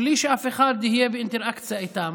בלי שאף אחד יהיה באינטראקציה איתם.